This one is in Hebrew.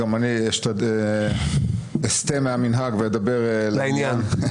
גם אני אסטה מהמנהג ואדבר לעניין.